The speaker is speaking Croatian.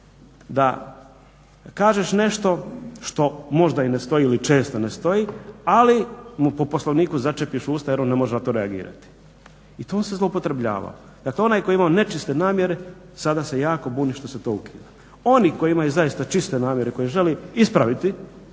da kažeš nešto što možda i ne stoji ili često ne stoji ali mu po Poslovniku začepiš usta jer na to on ne može reagirati i to se zloupotrebljavalo. Dakle, onaj tko je imao nečiste namjere sada se jako buni što se to ukida. Oni koji zaista imaju čiste namjere koji želi ispraviti